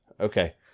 Okay